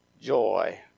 joy